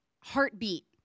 heartbeat